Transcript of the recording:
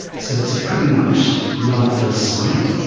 so it's pretty much love at first sight.